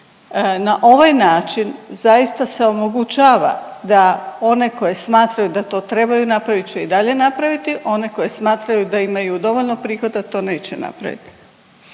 Na ovaj način zaista se omogućava da one koje smatraju da to trebaju napravit će i dalje napraviti, one koje smatraju da imaju dovoljno prihoda to neće napraviti.